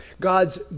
God's